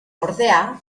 ordea